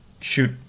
shoot